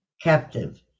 captive